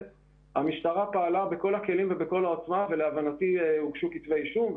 המשטרה פעלה בכל הכלים ובכל העוצמה ולהבנתי הוגשו כתבי אישום.